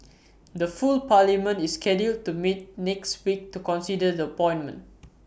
the full parliament is scheduled to meet next week to consider the appointment